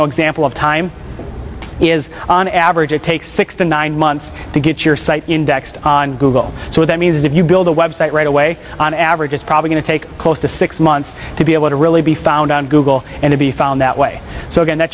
know example of time is on average it takes six to nine months to get your site indexed on google so that means if you build a website right away on average it's probably going to take close to six months to be able to really be found on google and be found that way so